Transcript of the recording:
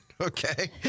Okay